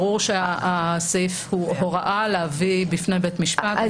ברור שהסעיף הוא הוראה להביא בפני בית משפט.